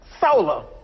solar